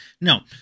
No